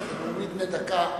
נאומים בני דקה.